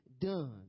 done